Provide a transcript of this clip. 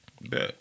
Bet